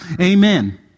Amen